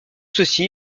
ceci